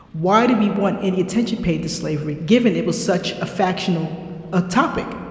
why do we want any attention paid to slavery, given it was such a factional ah topic?